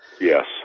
Yes